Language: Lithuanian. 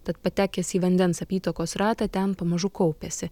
tad patekęs į vandens apytakos ratą ten pamažu kaupiasi